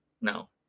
No